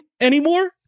anymore